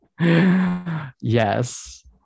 yes